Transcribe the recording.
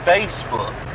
Facebook